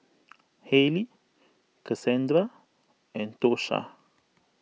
Haley Casandra and Tosha